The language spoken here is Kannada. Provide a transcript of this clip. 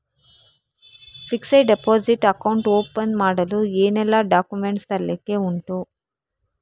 ಫಿಕ್ಸೆಡ್ ಡೆಪೋಸಿಟ್ ಅಕೌಂಟ್ ಓಪನ್ ಮಾಡಲು ಏನೆಲ್ಲಾ ಡಾಕ್ಯುಮೆಂಟ್ಸ್ ತರ್ಲಿಕ್ಕೆ ಉಂಟು?